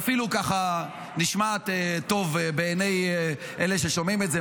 היא אפילו נשמעת טוב בעיני אלה ששומעים את זה,